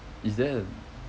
is there a